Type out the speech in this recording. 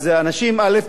אנשים, א.